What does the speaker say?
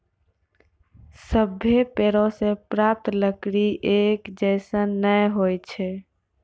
सभ्भे पेड़ों सें प्राप्त लकड़ी एक जैसन नै होय छै